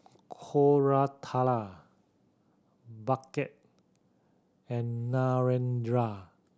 Koratala Bhagat and Narendra